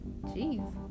Jeez